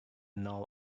now